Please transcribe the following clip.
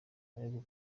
ariko